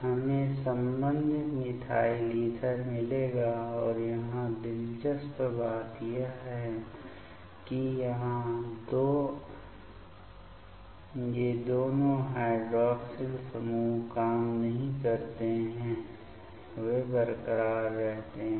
हमें संबंधित methyl ether मिलेगा और यहाँ दिलचस्प बात यह है कि यहाँ ये दोनों हाइड्रॉक्सिल समूह काम नहीं करते हैं वे बरकरार रहते हैं